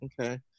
okay